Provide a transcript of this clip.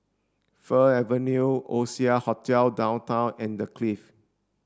Fir Avenue Oasia Hotel Downtown and The Clift